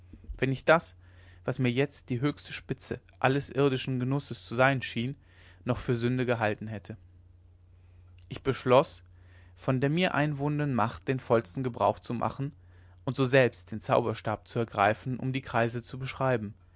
wenn ich das was mir jetzt die höchste spitze alles irdischen genusses zu sein schien noch für sünde gehalten hätte ich beschloß von der mir einwohnenden macht den vollsten gebrauch zu machen und so selbst den zauberstab zu ergreifen um die kreise zu beschreiben